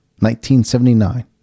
1979